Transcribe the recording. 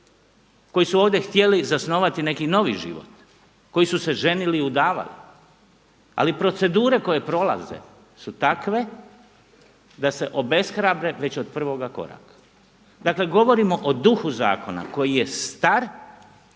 koji su ovdje htjeli zasnovati neki novi život, koji su se ženili i udavali ali procedure koje prolaze su takve da se obeshrabre već od prvoga koraka. Dakle govorimo o duhu zakona koji je star